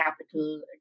capital